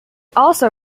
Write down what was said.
also